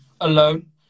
alone